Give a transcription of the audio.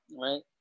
right